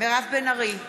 מירב בן ארי,